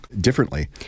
differently